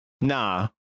Nah